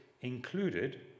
included